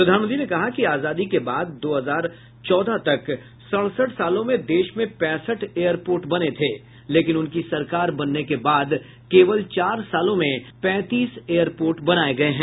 प्रधानमंत्री ने कहा कि आजादी के बाद दो हजार चौदह तक सड़सठ सालों में देश में पैंसठ एयरपोर्ट बने थे लेकिन उनकी सरकार बनने के बाद केवल चार सालों में पैंतीस एयरपोर्ट बनाये गये है